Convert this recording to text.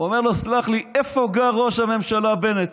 אומר לו: סלח לי, איפה גר ראש הממשלה בנט?